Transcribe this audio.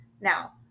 now